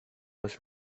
was